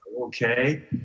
okay